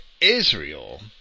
Israel